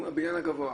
אומרים שהבניין גבוה,